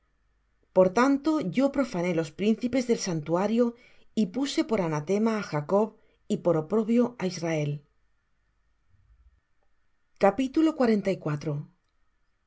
por tanto yo profané los príncipes del santuario y puse por anatema á jacob y por oprobio á israel